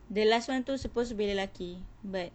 the last one tu supposed to be lelaki but